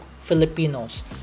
Filipinos